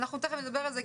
תכף נדבר על זה.